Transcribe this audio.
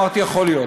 אמרתי "יכול להיות".